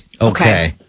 Okay